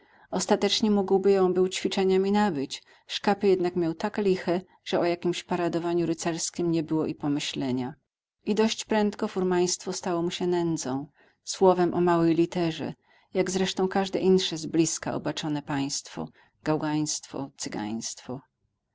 ostatecznie mógłby ją był ćwiczeniami nabyć szkapy jednak miał tak liche że o jakimś paradowaniu rycerskiem nie było i pomyślenia i dość prędko furmaństwo stało mu się nędzą słowem o małej literze jak zresztą każde insze z bliska obaczone państwo gałgaństwo cygaństwo wnet